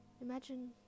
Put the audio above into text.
Imagine